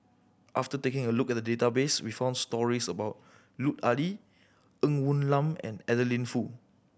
after taking a look at the database we found stories about Lut Ali Ng Woon Lam and Adeline Foo